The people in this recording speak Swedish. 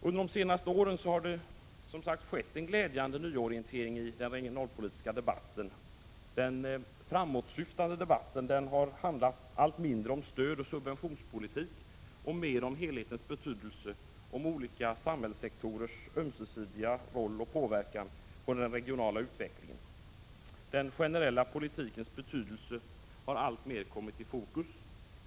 Under de senaste åren har det skett en glädjande nyorientering i den regionalpolitiska debatten. Den framåtsyftande debatten har handlat allt mindre om stöd och subventionspolitik och mer om helhetens betydelse samt om olika samhällssektorers ömsesidiga betydelse och påverkan på den regionala utvecklingen. Den generella politikens betydelse har alltmer kommit i fokus.